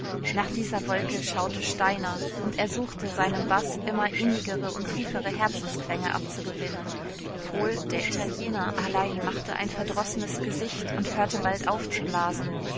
nach dieser wolke schaute steiner und er suchte seinem baß immer innigere und tiefere herzensklänge abzugewinnen pohl der italiener allein machte ein verdrossenes gesicht und hörte bald auf